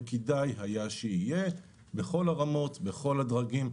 כדאי שיהיה, בכל הרמות, בכל הדרגים.